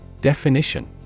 Definition